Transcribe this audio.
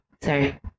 Sorry